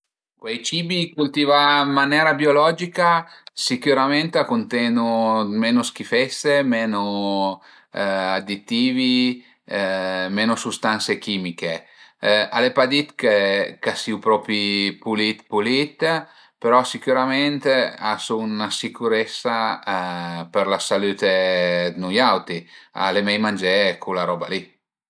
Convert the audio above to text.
Duncue i cibi cultivà ën 'na manera biologica sicürament a cunten-u menu schifesse, menu additivi, menu sustanse chimiche, al e pa dit ch'a sìu propi pulit pulit però sicürament 'na siceressa për la salüte dë nui auti, al e mei mangé cula roba li